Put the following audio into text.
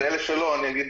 ואלה שלא אגיד